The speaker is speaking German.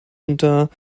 unter